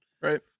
right